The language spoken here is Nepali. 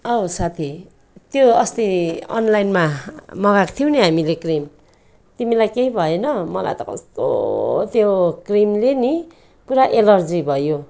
औ साथी त्यो अस्ति अनलाइनमा मगाएको थियौँ नि हामीले क्रिम तिमीलाई केही भएन मलाई त कस्तो त्यो क्रिमले नि पुरा एलर्जी भयो